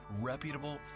reputable